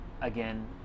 again